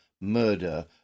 murder